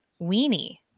weenie